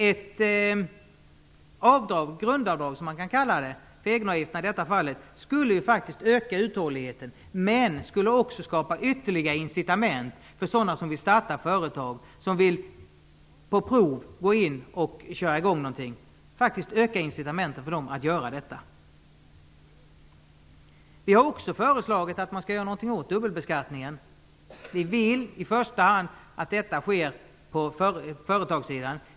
Ett grundavdrag, som man kan kalla det, på egenavgifterna i detta fall skulle öka uthålligheten men också skapa incitament för sådana som vill starta företag och på prov gå in och köra i gång någonting. Vi har också föreslagit att man skall göra någonting åt dubbelbeskattningen. Vi vill i första hand att detta sker på företagssidan.